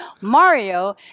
Mario